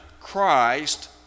Christ